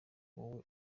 nawe